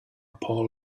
paul